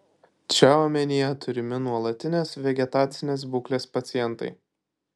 čia omenyje turimi nuolatinės vegetacinės būklės pacientai